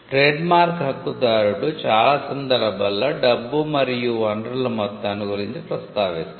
trademark హక్కుదారుడు చాలా సందర్భాల్లో డబ్బు మరియు వనరుల మొత్తాన్ని గురించి ప్రస్తావిస్తాడు